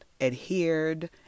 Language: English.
adhered